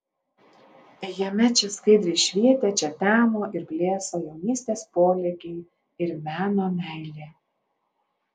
jame čia skaidriai švietė čia temo ir blėso jaunystės polėkiai ir meno meilė